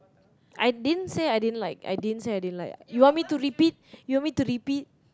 I didn't say I didn't like you want me to repeat you want me to repeat